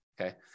okay